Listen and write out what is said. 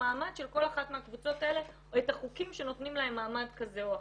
המעמד של כל אחת מהקבוצות האלה או את החוקים שנותנים להם מעמד כזה או אחר.